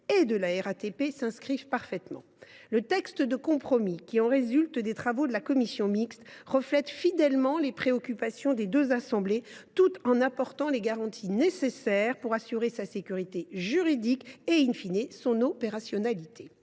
et de la RATP s’inscrivent parfaitement. Le texte de compromis qui résulte des travaux de la commission mixte paritaire reflète fidèlement les préoccupations des deux assemblées, tout en apportant les garanties nécessaires pour assurer sa sécurité juridique et son opérationnalité.